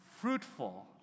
fruitful